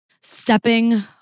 stepping